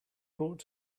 brought